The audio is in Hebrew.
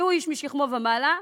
שהוא איש משכמו ומעלה,